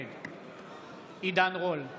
נגד עידן רול,